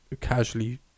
casually